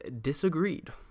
disagreed